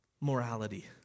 morality